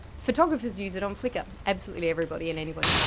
photographers use it on flicker, absolutely everybody and anybody.